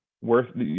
worth –